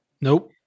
Nope